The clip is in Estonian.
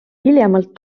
hiljemalt